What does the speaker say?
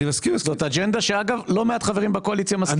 זאת אג'נדה שאגב לא מעט חברים בקואליציה מסכימים איתה.